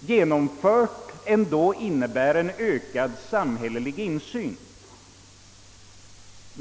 genomfört ändå innebär ökad samhällelig insyn.